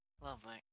Lovely